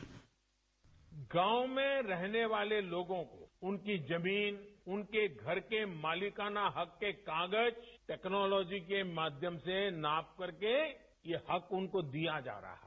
bite गांव में रहने वाले लोगों को उनकी जमीन उनके घर के मालिकाना हक के कागज टेक्नोलॉजी के माध्यम से नाप करके ये हक उनको दिया जा रहा है